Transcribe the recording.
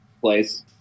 place